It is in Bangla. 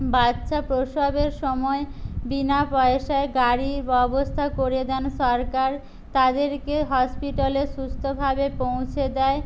বাচ্চা প্রসবের সময় বিনা পয়সায় গাড়ির ব্যবস্থা করে দেন সরকার তাদেরকে হসপিটালে সুস্থভাবে পৌঁছে দেয়